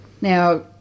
Now